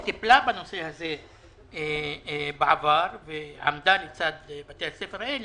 שטיפלה בנושא הזה בעבר ועמדה לצד בתי הספר הללו,